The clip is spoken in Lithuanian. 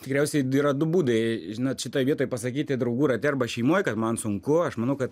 tikriausiai yra du būdai žinot šitoj vietoj pasakyti draugų rate arba šeimoj kad man sunku aš manau kad